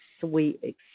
sweet